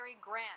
Grant